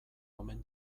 omen